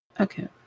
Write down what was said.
Okay